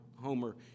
Homer